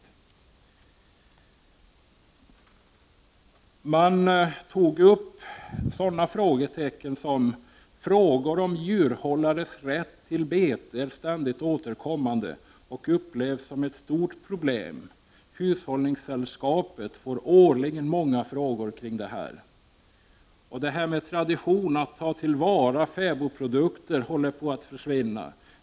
Vid sammanträdet togs sådana frågetecken upp som att frågor om djurhållares rätt till bete är ständigt återkommande och upplevs som ett stort problem. Hushållningssällskapet får årligen många frågor om detta. Traditionen att ta till vara fäbodprodukter håller på att försvinna.